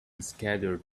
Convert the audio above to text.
scattered